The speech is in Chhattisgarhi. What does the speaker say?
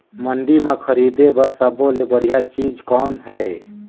मंडी म खरीदे बर सब्बो ले बढ़िया चीज़ कौन हे?